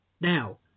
now